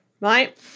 right